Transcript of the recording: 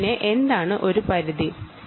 എന്താണ് ഇതിന്റെ ത്രെഷ്ഹോൾട്